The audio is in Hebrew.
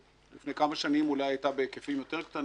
שלפני כמה שנים אולי הייתה בהיקפים קטנים יותר,